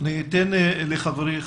אני אתן לחברי,